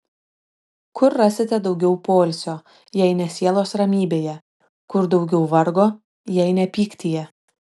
kur rasite daugiau poilsio jei ne sielos ramybėje kur daugiau vargo jei ne pyktyje